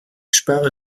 sperre